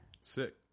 Sick